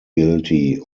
guilty